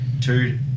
two